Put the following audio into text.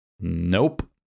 Nope